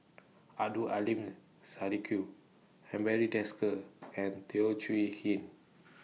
Abdul Aleem Siddique and Barry Desker and Teo Chee Hean